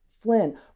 Flynn